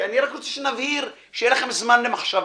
אני רק רוצה שנבהיר, שיהיה לכם זמן למחשבה.